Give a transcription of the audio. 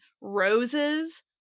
Roses